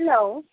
hello